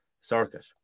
circuit